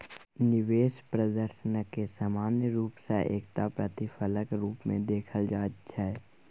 निवेश प्रदर्शनकेँ सामान्य रूप सँ एकटा प्रतिफलक रूपमे देखल जाइत छै